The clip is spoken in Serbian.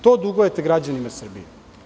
To dugujete građanima Srbije.